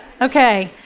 Okay